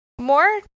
More